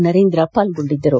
ನರೇಂದ್ರ ಪಾಲ್ಗೊಂಡಿದ್ದರು